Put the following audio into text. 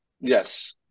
Yes